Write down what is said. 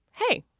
hey,